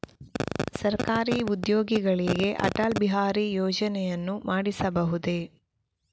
ಸರಕಾರಿ ಉದ್ಯೋಗಿಗಳಿಗೆ ಅಟಲ್ ಬಿಹಾರಿ ಯೋಜನೆಯನ್ನು ಮಾಡಿಸಬಹುದೇ?